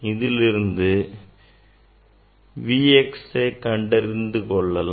அதிலிருந்து நாம் Vx கண்டறிந்து கொள்ளலாம்